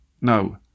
no